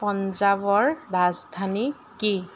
পঞ্জাৱৰ ৰাজধানী কি